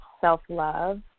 self-love